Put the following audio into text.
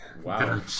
Wow